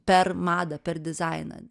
per madą per dizainą